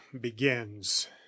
begins